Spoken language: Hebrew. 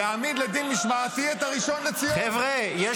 להעמיד לדין משמעתי את הראשון לציון ------ חבריי,